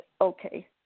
okay